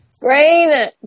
Green